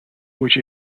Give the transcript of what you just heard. which